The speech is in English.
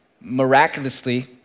miraculously